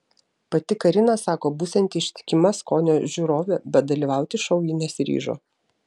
pati karina sako būsianti ištikima skonio žiūrovė bet dalyvauti šou ji nesiryžo